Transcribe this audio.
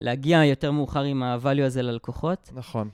להגיע יותר מאוחר עם ה-value הזה ללקוחות. נכון.